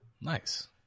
Nice